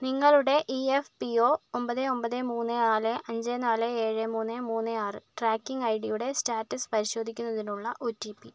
നിങ്ങളുടെ E F P O ഒമ്പത് ഒമ്പത് മൂന്ന് നാല് അഞ്ച് നാല് ഏഴ് മൂന്ന് മൂന്ന് ആറ് ട്രാക്കിംഗ് ഐഡിയുടെ സ്റ്റാറ്റസ് പരിശോധിക്കുന്നതിനുള്ള ഒ ടി പി